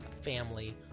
family